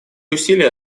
усилия